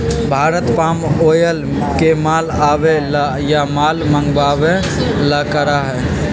Bharat palm oil के माल आवे ला या माल मंगावे ला करा हई